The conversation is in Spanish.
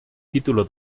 título